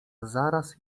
zaraz